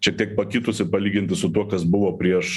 šiek tiek pakitusi palyginti su tuo kas buvo prieš